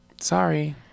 Sorry